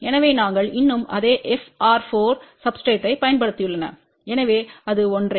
எனவே நாங்கள் இன்னும் அதே FR4 சப்ஸ்டிரேட்களைப் பயன்படுத்தியுள்ளன எனவே அது ஒன்றே